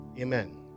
Amen